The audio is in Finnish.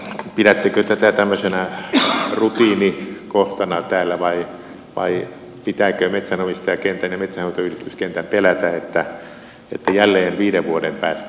pidättekö tätä tämmöisenä rutiinikohtana täällä vai pitääkö metsänomistajakentän ja metsänhoitoyhdistyskentän pelätä että jälleen viiden vuoden päästä joudutaan muutoksiin